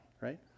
right